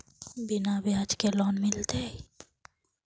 बिना ब्याज के लोन मिलते?